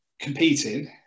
competing